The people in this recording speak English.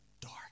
dark